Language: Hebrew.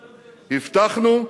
הבטחנו,